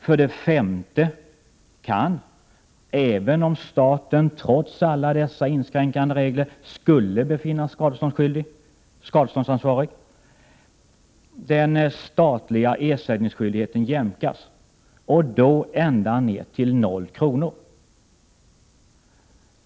För det femte kan — även om staten trots alla dessa inskränkanderegler skulle befinnas skadeståndsansvarig — den statliga ersättningen jämkas och då ända ner till noll kronor.